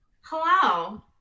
hello